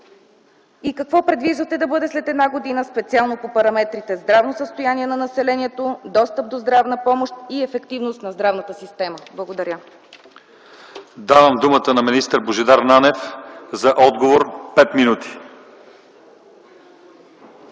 И какво предвиждате да бъде след една година специално по параметрите здравно състояние на населението, достъп до здравна помощ и ефективност на здравната система? Благодаря. ПРЕДСЕДАТЕЛ ЛЪЧЕЗАР ИВАНОВ: Давам думата на министър Божидар Нанев за отговор.